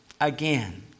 again